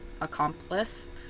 accomplice